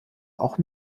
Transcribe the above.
auch